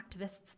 activists